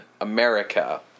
America